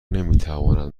نمیتوانند